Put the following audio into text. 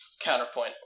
counterpoint